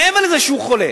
מעבר לזה שהוא חולה,